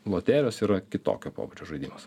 loterijos yra kitokio pobūdžio žaidimas